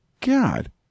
God